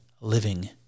living